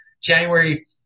January